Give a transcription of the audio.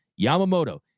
Yamamoto